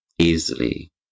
easily